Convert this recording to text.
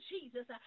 Jesus